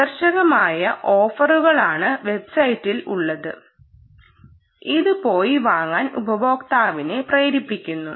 ആകർഷകമായ ഓഫറുകളാണ് വെബ്സൈറ്റിൽ ഉള്ളത് ഇത് പോയി വാങ്ങാൻ ഉപയോക്താവിനെ പ്രേരിപ്പിക്കുന്നു